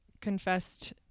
confessed